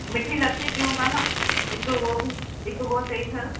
मिठी लसी पियूं था न हिकु उहो बि हिकु उहो चई छॾ